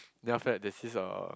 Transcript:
they are fat they is a